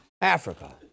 Africa